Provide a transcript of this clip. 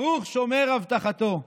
ברוך שומר הבטחתו.